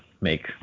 make